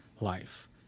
life